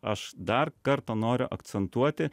aš dar kartą noriu akcentuoti